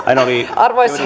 arvoisa